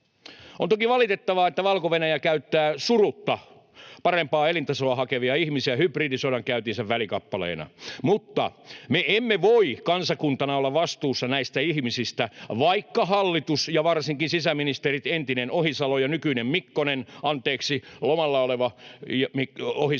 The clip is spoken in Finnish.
On toki valitettavaa, että Valko-Venäjä käyttää surutta parempaa elintasoa hakevia ihmisiä hybridisodankäyntinsä välikappaleina. Mutta me emme voi kansakuntana olla vastuussa näistä ihmisistä, vaikka hallitus ja varsinkin sisäministerit, entinen Ohisalo ja nykyinen Mikkonen — anteeksi, lomalla oleva Ohisalo